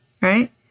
Right